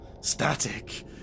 Static